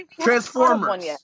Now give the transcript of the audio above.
Transformers